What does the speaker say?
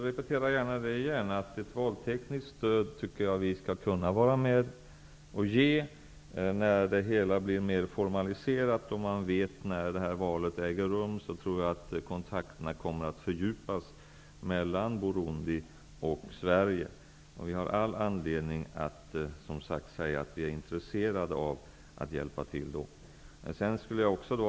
Herr talman! Jag kan gärna repetera att vi kan vara med och ge ett valtekniskt stöd. När det hela blir mer formaliserat och när man vet när valet skall äga rum, tror jag att kontakterna mellan Burundi och Sverige kommer att fördjupas. Vi har all anledning att intressera oss för att hjälpa till. Herr talman!